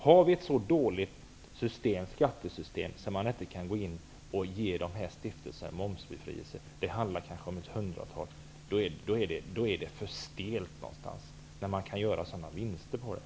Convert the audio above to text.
Har vi ett så dåligt skattesystem att man inte kan ge dessa stiftelser momsbefrielse -- det handlar kanske om ett hundratal -- då är det för stelt någonstans. Man kan ju göra sådana vinster på det!